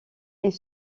est